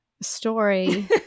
story